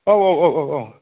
औ औ औ औ